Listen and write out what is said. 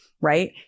right